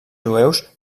jueus